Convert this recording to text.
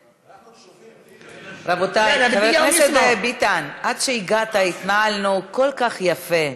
חבר הכנסת ביטן, עד שהגעת התנהלנו כל כך יפה,